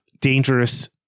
dangerous